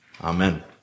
Amen